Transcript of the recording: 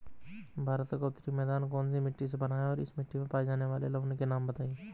भारत का उत्तरी मैदान कौनसी मिट्टी से बना है और इस मिट्टी में पाए जाने वाले लवण के नाम बताइए?